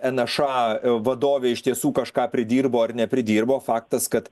en a ša vadovė iš tiesų kažką pridirbo ar nepridirbo faktas kad